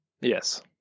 Yes